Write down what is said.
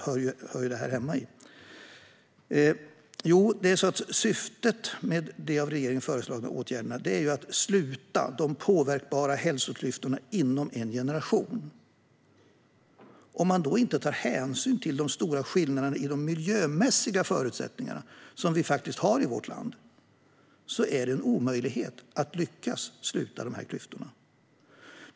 Jo, det är det därför att syftet med de av regeringen föreslagna åtgärderna är att sluta de påverkbara hälsoklyftorna inom en generation. Om man då inte tar hänsyn till de stora skillnaderna i de miljömässiga förutsättningarna som vi faktiskt har i vårt land är det en omöjlighet att lyckas sluta dessa klyftor.